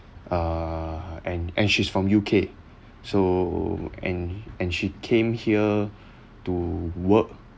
uh and and she's from U_K so and and she came here to work